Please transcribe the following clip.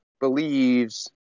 believes